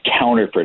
counterproductive